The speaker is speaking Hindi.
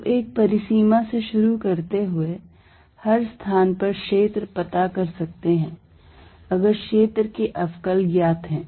तो एक परिसीमा से शुरू करते हुए हर स्थान पर क्षेत्र पता कर सकते है अगर क्षेत्र के अवकल ज्ञात हैं